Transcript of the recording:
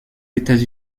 états